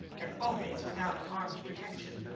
and always without armed protection.